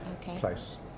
place